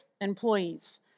employees